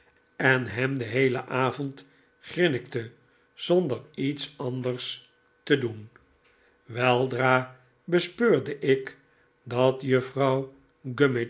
en ham den heelen avond grinnikte zonder iets anders te doen weldra bespeurde ik dat juffrouw